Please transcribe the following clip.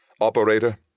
Operator